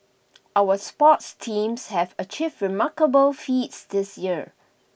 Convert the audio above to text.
our sports teams have achieved remarkable feats this year